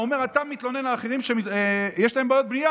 הוא אומר: אתה מתלונן על אחרים שיש להם בעיות בנייה,